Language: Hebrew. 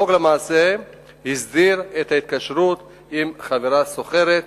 החוק למעשה הסדיר את ההתקשרות עם חברה סוחרת.